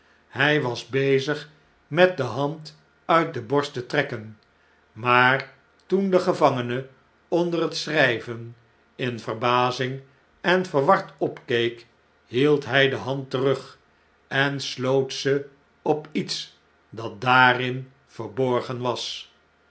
hjj was bezig met de hand uit de borst te trekken maar toen de gevangene onder het schrn'ven in verbazing en verward opkeek hieldhjj de hand terug en sloot ze op iets dat daarin verborgen was